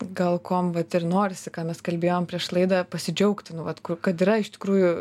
gal kuom vat ir norisi ką mes kalbėjom prieš laidą pasidžiaugti nu vat ku kad yra iš tikrųjų